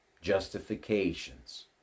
justifications